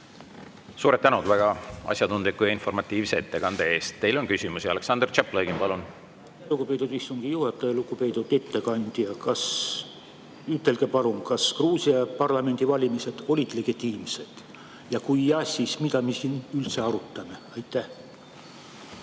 Suur tänu väga asjatundliku ja informatiivse ettekande eest! Teile on küsimusi. Aleksandr Tšaplõgin, palun! Lugupeetud istungi juhataja! Lugupeetud ettekandja! Ütelge palun, kas Gruusia parlamendivalimised olid legitiimsed. Kui jah, siis mida me siin üldse arutame?